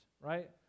right